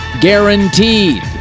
guaranteed